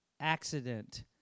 accident